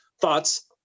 thoughts